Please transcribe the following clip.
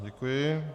Děkuji.